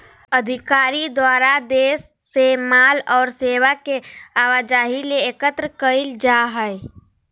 अधिकारी द्वारा देश से माल और सेवा के आवाजाही ले एकत्र कइल जा हइ